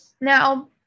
Now